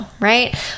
right